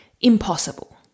impossible